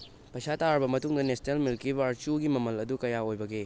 ꯄꯩꯁꯥ ꯇꯥꯔꯕ ꯃꯇꯨꯡꯗ ꯅꯦꯁꯂꯦ ꯃꯤꯜꯀꯤ ꯕꯥꯔ ꯆꯨꯒꯤ ꯃꯃꯜ ꯑꯗꯨ ꯀꯌꯥ ꯑꯣꯏꯕꯒꯦ